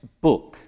book